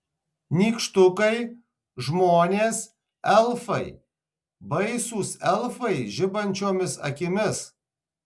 nykštukai žmonės elfai baisūs elfai žibančiomis akimis